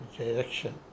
direction